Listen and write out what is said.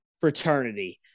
fraternity